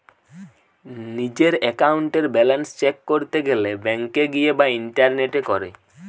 নিজের একাউন্টের balance check করতে গেলে ব্যাংকে গিয়ে বা ইন্টারনেটে করে